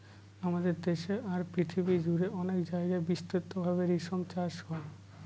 আমাদের দেশে আর পৃথিবী জুড়ে অনেক জায়গায় বিস্তৃত ভাবে রেশম চাষ হয়